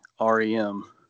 REM